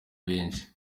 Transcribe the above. benshi